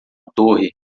torre